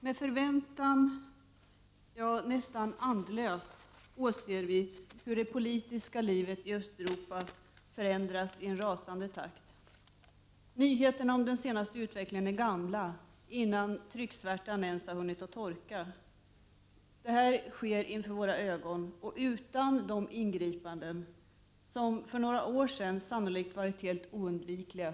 Med förväntan — ja, nästan andlöst — åser vi hur det politiska livet i Östeuropa förändras i rasande takt. Nyheterna om den senaste utvecklingen är gamla innan trycksvärtan har hunnit torka. Detta sker inför våra ögon och utan de ingripanden från Sovjet, som för några år sedan sannolikt varit helt oundvikliga.